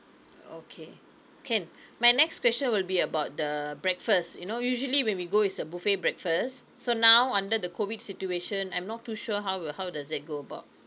okay can my next question will be about the breakfast you know usually when we go it's a buffet breakfast so now under the COVID situation I'm not too sure how will how does it go about